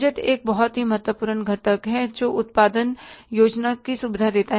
budget एक बहुत ही महत्वपूर्ण घटक है जो उत्पादन योजना की सुविधा देता है